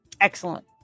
Excellent